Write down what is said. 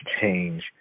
change